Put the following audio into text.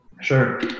Sure